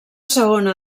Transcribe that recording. segona